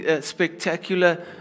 spectacular